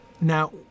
Now